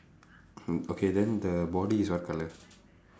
mm okay then the body is what colour